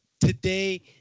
Today